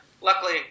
luckily